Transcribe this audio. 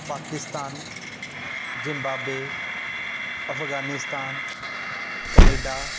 Pakistan Zimbabwe Afghanistan Canada